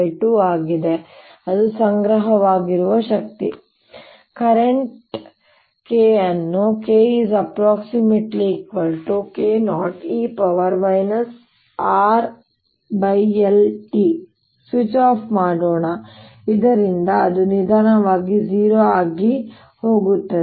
ಈಗ ನಾವು current K ಅನ್ನು K≅K0e RLt ಸ್ವಿಚ್ ಆಫ್ ಮಾಡೋಣ ಇದರಿಂದ ಅದು ನಿಧಾನವಾಗಿ 0 ಗೆ ಹೋಗುತ್ತದೆ